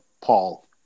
paul